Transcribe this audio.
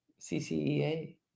CCEA